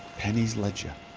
penny's ledger